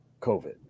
COVID